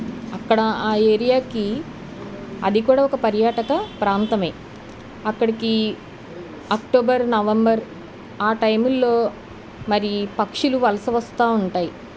అక్కడ ఆ ఏరియాకి అది కూడా ఒక పర్యాటక ప్రాంతమే అక్కడికి అక్టోబర్ నవంబర్ ఆ టైంలో మరి పక్షులు వలస వస్తూ ఉంటాయి